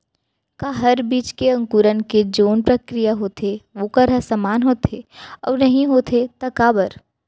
का हर बीज के अंकुरण के जोन प्रक्रिया होथे वोकर ह समान होथे, अऊ नहीं होथे ता काबर?